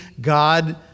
god